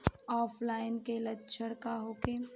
ऑफलाइनके लक्षण का होखे?